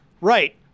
Right